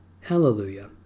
Hallelujah